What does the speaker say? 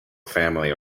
family